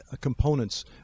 components